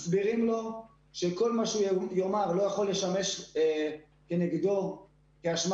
מסבירים לו שכל מה שהוא יאמר לא יכול לשמש כנגדו כהאשמה